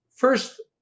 First